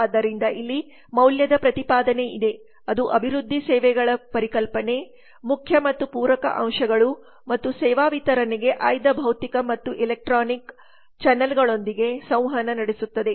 ಆದ್ದರಿಂದ ಇಲ್ಲಿ ಮೌಲ್ಯದ ಪ್ರತಿಪಾದನೆ ಇದೆ ಅದು ಅಭಿವೃದ್ಧಿ ಸೇವೆಗಳ ಪರಿಕಲ್ಪನೆ ಮುಖ್ಯ ಕೋರ್ ಮತ್ತು ಪೂರಕ ಅಂಶಗಳು ಮತ್ತು ಸೇವಾ ವಿತರಣೆಗೆ ಆಯ್ದ ಭೌತಿಕ ಮತ್ತು ಎಲೆಕ್ಟ್ರಾನಿಕ್ದಾರಿ ಚಾನಲ್ಗಳೊಂದಿಗೆ ಸಂವಹನ ನಡೆಸುತ್ತದೆ